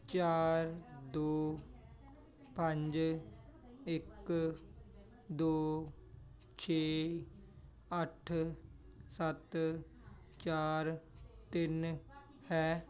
ਚਾਰ ਦੋ ਪੰਜ ਇੱਕ ਦੋ ਛੇ ਅੱਠ ਸੱਤ ਚਾਰ ਤਿੰਨ ਹੈ